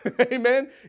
Amen